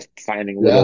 finding